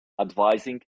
advising